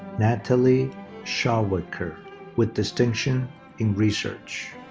natalie schauwecker with distinction in research.